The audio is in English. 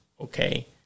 Okay